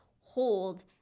hold